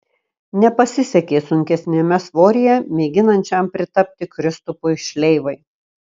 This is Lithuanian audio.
nepasisekė sunkesniame svoryje mėginančiam pritapti kristupui šleivai